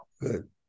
Good